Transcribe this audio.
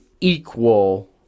equal